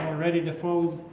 ready to fold